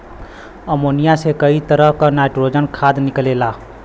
ammonia से कई तरह क नाइट्रोजन खाद निकलेला